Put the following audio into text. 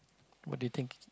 what do you think